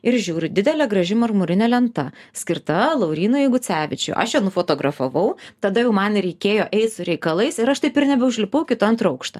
ir žiūriu didelė graži marmurinė lenta skirta laurynui gucevičiui aš ją nufotografavau tada jau man reikėjo eit su reikalais ir aš taip ir nebeužlipau iki to antro aukšto